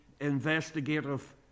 investigative